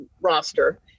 roster